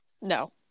No